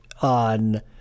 on